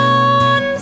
on